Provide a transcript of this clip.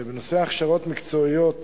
בנושא הכשרות מקצועיות